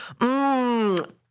Mmm